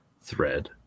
thread